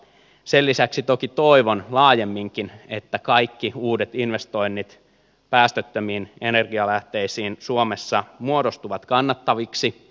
sen lisäksi toki toivon laajemminkin että kaikki uudet investoinnit päästöttömiin energialähteisiin suomessa muodostuvat kannattaviksi